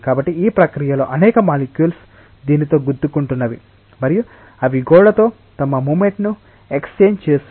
కాబట్టి ఈ ప్రక్రియలో అనేక మాలిక్యూల్స్ దీనితో గుద్దుకుంటున్నవి మరియు అవి గోడతో తమ మొమెంటమ్ ఎక్స్చేంజ్ చేస్తున్నాయి